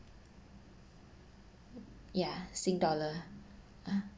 yeah sing dollar ah